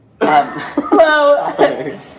hello